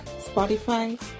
Spotify